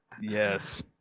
Yes